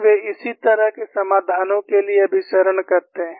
वे इसी तरह के समाधानों के लिए अभिसरण करते हैं